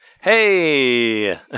hey